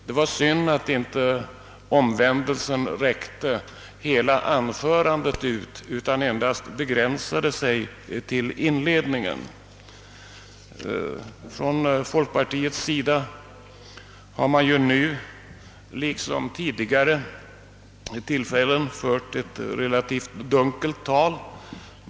Det var synd att inte omvändelsen räckte hela anförandet ut utan endast begränsade sig till inledningen. Folkpartiet har nu liksom vid tidigare tillfällen fört ett relativt dunkelt resonemang.